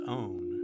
own